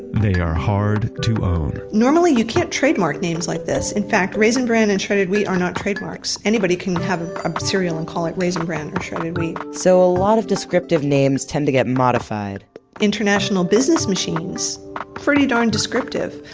they are hard to own. normally you can't trademark names like this, in fact, raisin bran and shredded wheat are not trademarks. anybody can have cereal and call it raisin bran or shredded wheat. so a lot of descriptive names tend to get modified international business machines pretty darn descriptive.